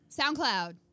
SoundCloud